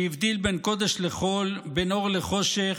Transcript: שהבדיל בין קודש לחול, בין אור לחושך,